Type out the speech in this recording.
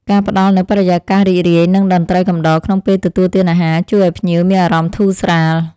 ការផ្តល់នូវបរិយាកាសរីករាយនិងតន្ត្រីកំដរក្នុងពេលទទួលទានអាហារ ជួយឱ្យភ្ញៀវមានអារម្មណ៍ធូរស្រាល។